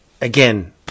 Again